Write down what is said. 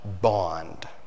bond